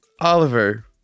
Oliver